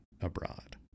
abroad